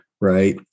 right